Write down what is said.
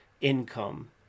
income